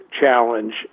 challenge